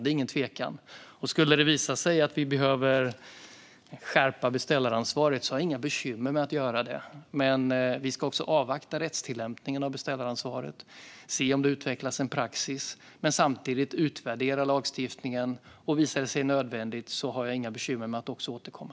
Det är ingen tvekan om det. Och skulle det visa sig att vi behöver skärpa beställaransvaret har jag inga bekymmer med att göra det. Men vi ska också avvakta rättstillämpningen av beställaransvaret och se om det utvecklas en praxis. Samtidigt ska vi utvärdera lagstiftningen, och visar det sig nödvändigt har jag inga bekymmer med att också återkomma.